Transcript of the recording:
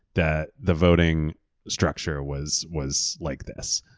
that the voting structure was was like this.